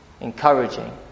Encouraging